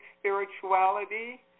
spirituality